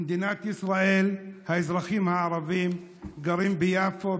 במדינת ישראל האזרחים הערבים גרים ביפו,